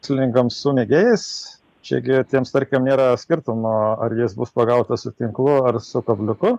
verslininkams su mėgėjais čia gi tiem starkiam nėra skirtumo ar jis bus pagautas su tinklu ar su kabliuku